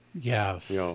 Yes